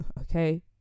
okay